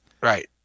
right